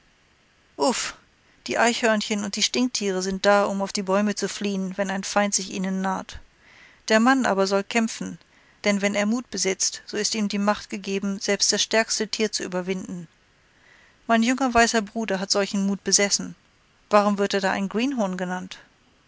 die eichhörnchen und stinktiere sind da um auf die bäume zu fliehen wenn ein feind sich ihnen naht der mann aber soll kämpfen denn wenn er mut besitzt so ist ihm die macht gegeben selbst das stärkste tier zu überwinden mein junger weißer bruder hat solchen mut besessen warum wird er da ein greenhorn genannt